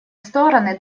стороны